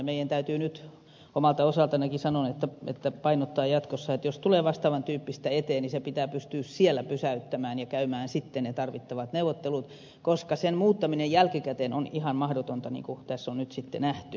meidän täytyy nyt omalta osaltani ainakin sanon painottaa jatkossa että jos tulee vastaavan tyyppistä eteen niin se pitää pystyä siellä pysäyttämään ja käymään sitten ne tarvittavat neuvottelut koska sen muuttaminen jälkikäteen on ihan mahdotonta niin kuin tässä on nyt sitten nähty